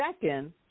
Second